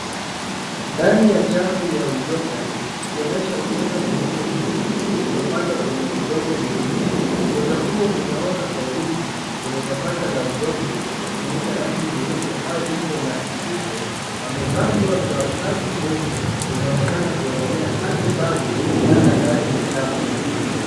Ndani ya chafu ya uyoga, ikionyesha uyoga mweupe mwingi uliopandwa kwenye udongo mweusi. Uyoga huo umeota kwa wingi kwenye tabaka la udongo, ukionyesha rangi nyeupe au umbo la kitufe, amepandwa kwa safu ndefu zinaonekana kuendelea hadi mbali sana ndani ya chafu.